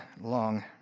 long